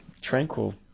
Tranquil